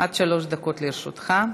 עד שלוש דקות לרשותך.